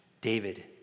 David